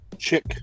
chick